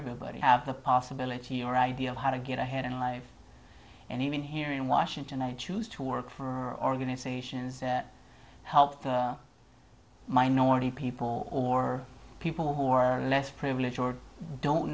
everybody have the possibility or idea of how to get ahead in life and even here in washington i choose to work for organizations that help minority people or people who are less privileged or don't